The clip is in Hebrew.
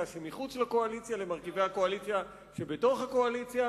שמחוץ לקואליציה למרכיבי הקואליציה שבתוך הקואליציה,